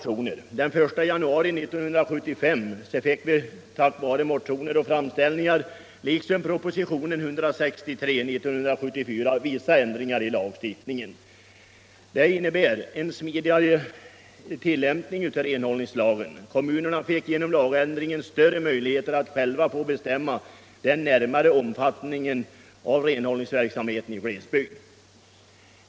Inga kan vara mer lämpliga att bedöma den smidigaste tillämpningen än kommunalmännen själva! glesbygd.